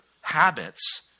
habits